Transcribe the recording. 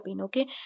okay